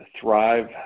thrive